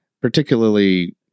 particularly